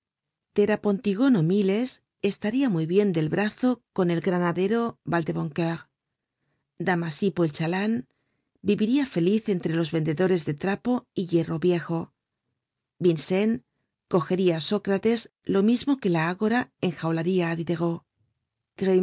cuerda forioso terapontigono miles estaria muy bien del brazo con el granadero vadeboneoeur damasipo el chalan viviria feliz entre los vendedores de trapo y hierro viejo vincennes cogeria á sócrates lo mismo que la agora enjaularia á